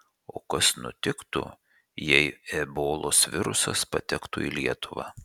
o kas nutiktų jei ebolos virusas patektų į lietuvą